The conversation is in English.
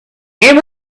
and